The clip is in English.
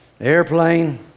airplane